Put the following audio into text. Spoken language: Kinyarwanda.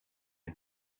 pvt